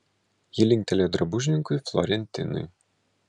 ji linktelėjo drabužininkui florentinui